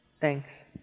Thanks